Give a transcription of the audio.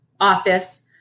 office